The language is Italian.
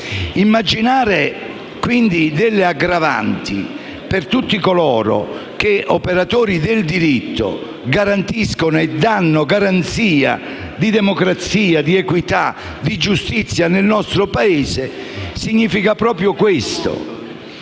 Immaginare, quindi, delle aggravanti per tutti coloro che, operatori del diritto, garantiscono e danno garanzia di democrazia, di equità e giustizia nel nostro Paese significa proprio questo.